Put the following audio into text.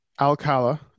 alcala